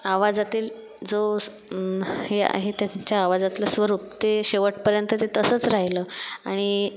आवाजातील जोश हे आहे त्यांच्या आवाजातलं स्वरूप ते शेवटपर्यंत ते तसंच राहिलं आणि